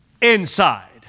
inside